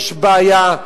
יש בעיה.